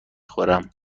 خورم